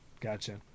Gotcha